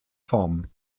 form